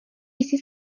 jsi